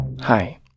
Hi